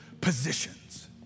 positions